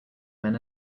men